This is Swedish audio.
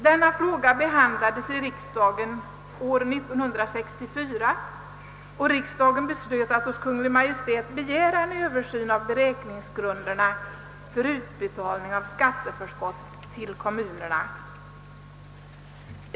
Denna fråga behandlades i riksdagen år 1964 då riksdagen beslöt att hos Kungl. Maj:t begära en översyn av beräkningsgrunderna för utbetalning av skatteförskott till kommunerna.